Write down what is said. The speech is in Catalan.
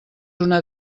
una